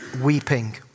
weeping